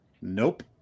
Nope